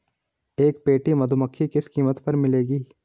एक पेटी मधुमक्खी किस कीमत पर मिलेगी?